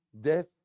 death